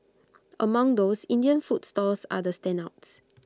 among those Indian food stalls are the standouts